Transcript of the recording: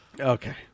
Okay